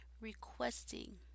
requesting